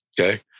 okay